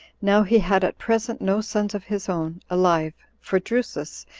now he had at present no sons of his own alive for drusus,